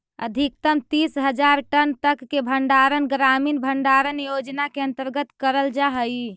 अधिकतम तीस हज़ार टन तक के भंडारण ग्रामीण भंडारण योजना के अंतर्गत करल जा हई